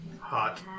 hot